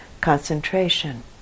Concentration